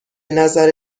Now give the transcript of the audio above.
نظر